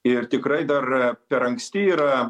ir tikrai dar per anksti yra